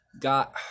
got